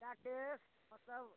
राकेश हँ कहू